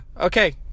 okay